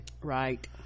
right